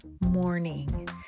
morning